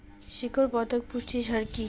শিকড় বর্ধক পুষ্টি সার কি?